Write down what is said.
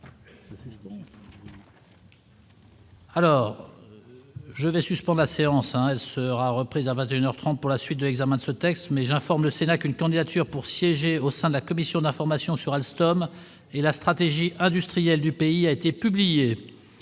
Alors je vais suspende la séance à elle sera reprise à 21 heures 30 pour la suite de l'examen de ce texte mais j'informe le Sénat qu'une candidature pour siéger au sein de la commission d'information sur Alstom et la stratégie industrielle du pays a été publié